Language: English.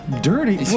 Dirty